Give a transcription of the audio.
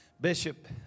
Bishop